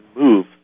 move